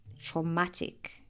traumatic